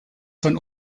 von